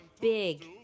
big